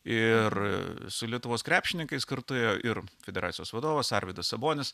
ir su lietuvos krepšininkais kartu ėjo ir federacijos vadovas arvydas sabonis